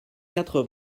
quatre